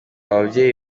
ababyeyi